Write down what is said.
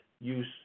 use